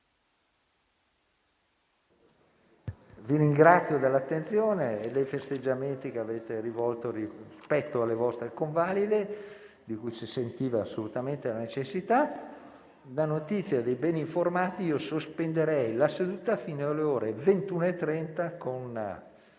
Vi ringrazio dell'attenzione e dei festeggiamenti che avete rivolto rispetto alle vostre convalide, di cui si sentiva assolutamente la necessità. Sulla base di notizie di bene informati, sospendo la seduta fino alle ore 21,30, con